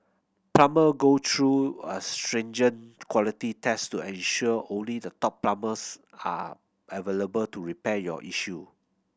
plumber go through a stringent quality test to ensure only the top plumbers are available to repair your issue